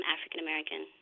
African-American